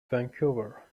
vancouver